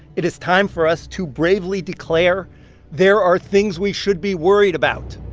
it is time for us to bravely declare there are things we should be worried about